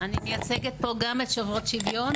אני מייצגת פה גם את שוברות שוויון.